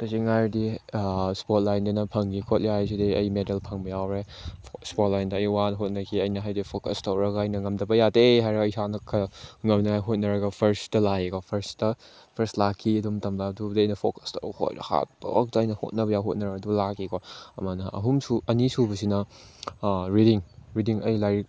ꯇꯁꯦꯡꯅ ꯍꯥꯏꯔꯗꯤ ꯏꯁꯄꯣꯔꯠ ꯂꯥꯏꯟꯗꯅ ꯐꯪꯉꯤ ꯈꯣꯠꯂꯤ ꯍꯥꯏꯁꯤꯗꯤ ꯑꯩ ꯃꯦꯗꯜ ꯐꯪꯕ ꯌꯥꯎꯔꯦ ꯏꯁꯄꯣꯔꯠ ꯂꯥꯏꯟꯗ ꯑꯩ ꯋꯥꯅ ꯍꯣꯠꯅꯈꯤ ꯑꯩꯅ ꯍꯥꯏꯗꯤ ꯐꯣꯀꯁ ꯇꯧꯔꯒ ꯑꯩꯅ ꯉꯝꯗꯕ ꯌꯥꯗꯦ ꯍꯥꯏꯔꯒ ꯏꯁꯥꯅ ꯈꯔ ꯉꯝꯅꯉꯥꯏ ꯍꯣꯠꯅꯔꯒ ꯐꯔꯁꯇ ꯂꯥꯛꯏꯀꯣ ꯐꯔꯁꯇ ꯐꯔꯁ ꯂꯥꯛꯈꯤ ꯑꯗꯨ ꯃꯇꯝꯗ ꯑꯗꯨꯕꯨꯗꯤ ꯑꯩꯅ ꯐꯣꯀꯁ ꯇꯧ ꯈꯣꯠꯇꯅ ꯍꯥꯔꯠ ꯋꯥꯛꯇ ꯑꯩꯅ ꯍꯣꯠꯅꯕ ꯌꯥꯕ ꯍꯣꯠꯅꯔ ꯑꯗꯨ ꯂꯥꯛꯈꯤꯀꯣ ꯑꯗꯨꯃꯥꯏꯅ ꯑꯅꯤꯁꯨꯕꯁꯤꯅ ꯔꯤꯗꯤꯡ ꯔꯤꯗꯤꯡ ꯑꯩ ꯂꯥꯏꯔꯤꯛ